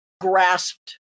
grasped